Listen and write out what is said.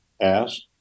ask